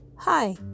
Hi